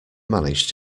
managed